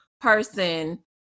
person